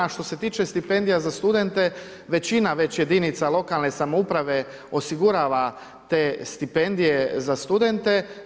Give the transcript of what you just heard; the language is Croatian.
A što se tiče stipendija za studente, većina već jedinica lokalne samouprave osigurava te stipendije za studente.